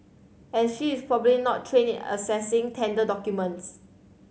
and she is probably not trained in assessing tender documents